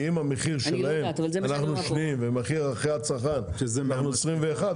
כי אם במחיר שלהם אנחנו מספר 2 ומחיר לצרכן אנחנו 21,